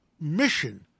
mission